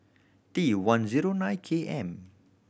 T one zero nine K M